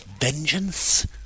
vengeance